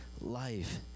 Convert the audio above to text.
life